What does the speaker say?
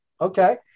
Okay